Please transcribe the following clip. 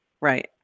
right